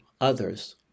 others